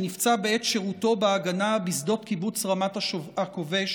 שנפצע בעת שירותו בהגנה בשדות קיבוץ רמת הכובש